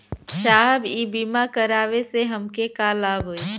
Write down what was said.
साहब इ बीमा करावे से हमके का लाभ होई?